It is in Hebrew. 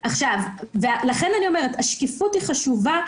לכן השקיפות היא חשובה,